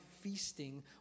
feasting